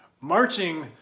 marching